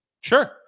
Sure